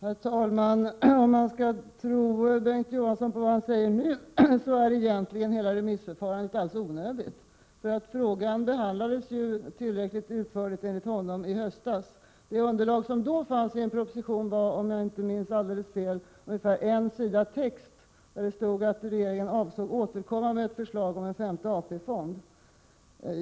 Herr talman! Om man skall tro på vad Bengt K Å Johansson säger nu, är egentligen hela remissförfarandet onödigt — frågan behandlades ju enligt honom tillräckligt utförligt i höstas. Det underlag som då fanns i propositionen var, om jag inte minns alldeles fel, en sida text där det stod att regeringen avsåg att återkomma med förslag om en femte AP-fond.